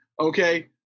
okay